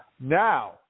Now –